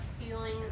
Feeling